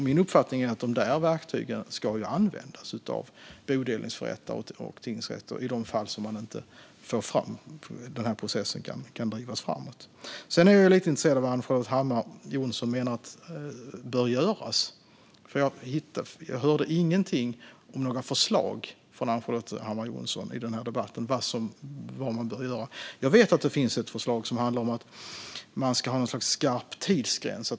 Min uppfattning är att dessa verktyg ska användas av bodelningsförrättare och tingsrätter i de fall som processen inte kan drivas framåt. Sedan är jag lite intresserad av vad Ann-Charlotte Hammar Johnsson menar bör göras, för jag har i denna debatt inte hört några förslag från Ann-Charlotte Hammar Johnsson om vad man bör göra. Jag vet att det finns ett förslag som handlar om att man ska ha något slags skarp tidsgräns.